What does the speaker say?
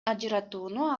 ажыратууну